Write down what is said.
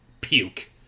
puke